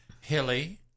hilly